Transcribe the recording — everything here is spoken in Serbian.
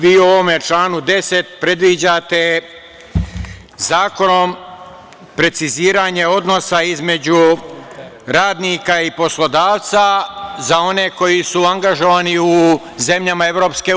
Vi u ovome članu 10. predviđate zakonom preciziranje odnosa između radnika i poslodavca za one koji su angažovani u zemljama EU.